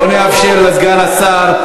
בואי נאפשר לסגן השר,